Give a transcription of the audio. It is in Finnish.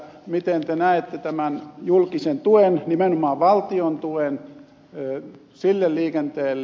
miten te näette tämän julkisen tuen nimenomaan valtion tuen sille liikenteelle